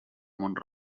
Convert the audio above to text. mont